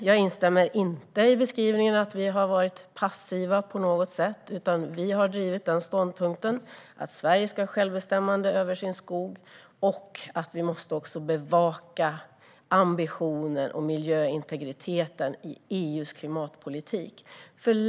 Jag instämmer inte i beskrivningen att vi har varit passiva på något sätt, utan vi har drivit ståndpunkten att Sverige ska ha självbestämmande över sin skog samt att vi måste bevaka ambitionen och miljöintegriteten i EU:s klimatpolitik.